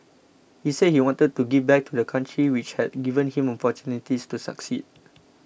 he said he wanted to give back to the country which had given him opportunities to succeed